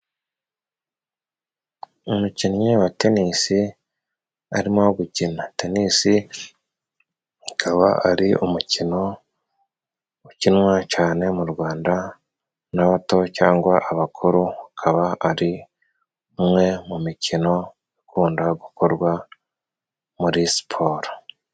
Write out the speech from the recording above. Umukinnyi wa tenisi arimo gukina ,tenisi ikaba ari umukino ukinwa cane mu rwanda n'abato cyangwa abakuru ,ukaba ari umwe mu mikino ukunda gukorwa muri siporo.